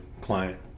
client